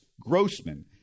Grossman